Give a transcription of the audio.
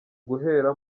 guhera